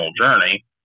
journey